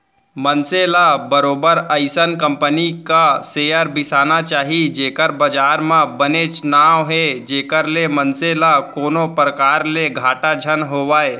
मनसे ल बरोबर अइसन कंपनी क सेयर बिसाना चाही जेखर बजार म बनेच नांव हे जेखर ले मनसे ल कोनो परकार ले घाटा झन होवय